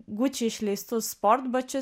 guči išleistus sportbačius